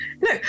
no